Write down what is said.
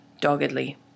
doggedly